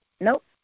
Nope